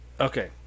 Okay